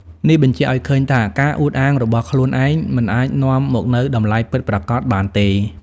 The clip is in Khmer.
នេះបញ្ជាក់ឱ្យឃើញថា ការអួតអាងរបស់ខ្លួនឯងមិនអាចនាំមកនូវតម្លៃពិតប្រាកដបានទេ។